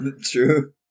True